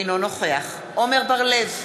אינו נוכח עמר בר-לב,